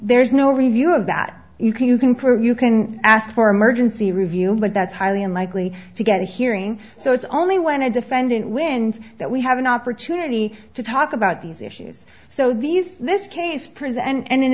there's no review of that you can you can prove you can ask for emergency review but that's highly unlikely to get a hearing so it's only when a defendant wins that we have an opportunity to talk about these issues so these this case preserve and in